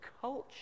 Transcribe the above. culture